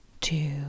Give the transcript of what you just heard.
two